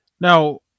Now